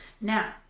Now